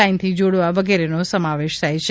line થી જોડવા વગેરેનો સમાવેશ છે